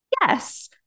Yes